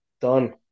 done